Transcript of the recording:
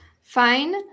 fine